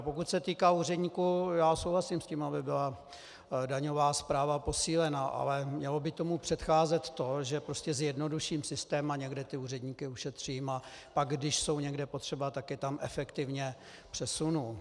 Pokud se týká úředníků, já souhlasím s tím, aby byla daňová správa posílena, ale mělo by tomu předcházet to, že prostě zjednoduším systém a někde ty úředníky ušetřím a pak, když jsou někde potřeba, tak je tam efektivně přesunu.